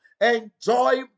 enjoy